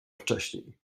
wcześniej